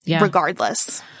regardless